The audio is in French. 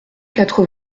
quatre